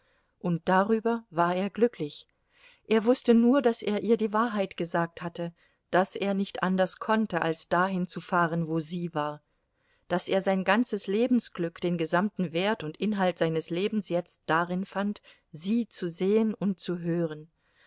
und darüber war er glücklich er wußte nur daß er ihr die wahrheit gesagt hatte daß er nicht anders konnte als dahin zu fahren wo sie war daß er sein ganzes lebensglück den gesamten wert und inhalt seines lebens jetzt darin fand sie zu sehen und zu hören